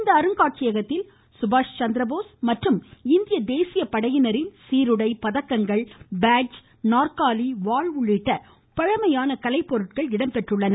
இந்த அருங்காட்சியகத்தில் சுபாஷ் சந்திரபோஸ் இந்திய தேசிய படையினரின் சீருடை பதக்கங்கள் பேட்ஜ் நாற்காலி வாள் உள்ளிட்ட பழமையான கலை பொருட்கள் இடம்பெற்றுள்ளன